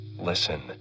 listen